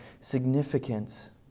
significance